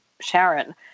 Sharon